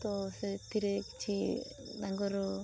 ତ ସେଥିରେ କିଛି ତାଙ୍କର